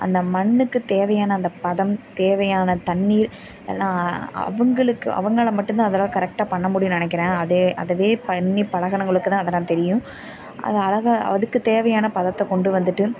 அந்த மண்ணுக்கு தேவையான அந்த பதம் தேவையான தண்ணீர் எல்லாம் அவர்களுக்கு அவங்களால் மட்டும் தான் அதெல்லாம் கரெக்டாக பண்ண முடியும் நினைக்கிறேன் அதை அதுவே பண்ணி பழகினவங்களுக்கு தான் அது எல்லாம் தெரியும் அது அழகா அதுக்கு தேவையான பதத்தை கொண்டு வந்துட்டு